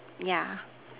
yeah